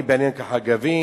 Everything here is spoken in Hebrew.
ונהי בעינינו כחגבים,